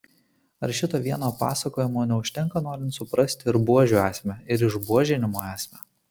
ar šito vieno pasakojimo neužtenka norint suprasti ir buožių esmę ir išbuožinimo esmę